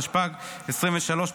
התשפ"ג 2023,